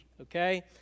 Okay